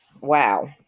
Wow